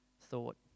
thought